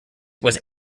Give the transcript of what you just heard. was